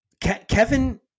Kevin